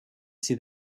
see